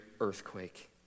earthquake